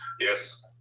Yes